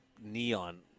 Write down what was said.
neon